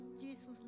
Jesus